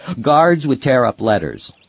guards would tear up letters.